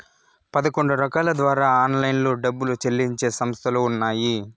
పదకొండు రకాల ద్వారా ఆన్లైన్లో డబ్బులు చెల్లించే సంస్థలు ఉన్నాయి